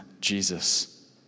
Jesus